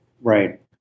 Right